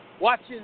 watching